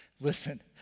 Listen